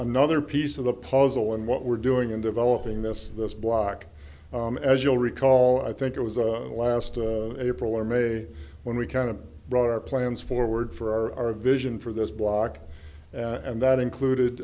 another piece of the puzzle in what we're doing in developing this this block as you'll recall i think it was last april or may when we kind of brought our plans forward for our vision for this block and that included